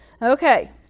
Okay